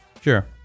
Sure